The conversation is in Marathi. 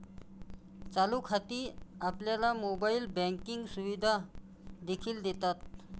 चालू खाती आपल्याला मोबाइल बँकिंग सुविधा देखील देतात